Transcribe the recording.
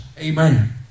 Amen